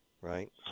right